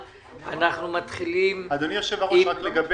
תודה אדוני, בוקר טוב.